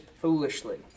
foolishly